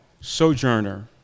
sojourner